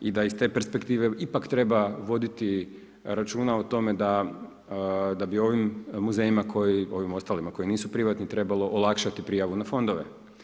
I da iz te perspektive ipak treba voditi računa o tome da bi ovim muzejima, ovim ostalima koji nisu privatni, trebalo olakšati prijavu na fondove.